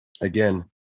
again